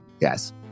yes